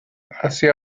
asia